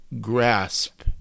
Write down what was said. grasp